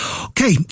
Okay